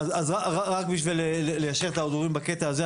אז רק בשביל ליישר את ההדורים בקטע הזה,